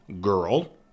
girl